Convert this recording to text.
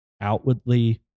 outwardly